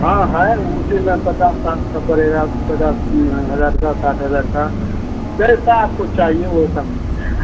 हाँ है ऊ उसी में पचास साठ का पड़ेगा पचास हजार का साठ हजार का जैसा आपको चाहिए वैसा मिल जाएगा